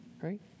Right